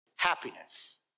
happiness